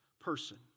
person